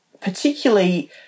particularly